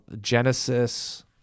Genesis